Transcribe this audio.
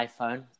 iPhone